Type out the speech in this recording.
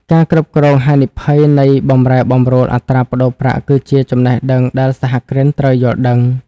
ការគ្រប់គ្រងហានិភ័យនៃបម្រែបម្រួលអត្រាប្តូរប្រាក់ គឺជាចំណេះដឹងដែលសហគ្រិនត្រូវយល់ដឹង។